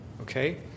Okay